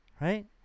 right